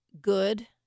good